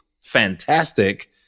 fantastic